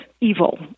evil